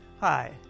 Hi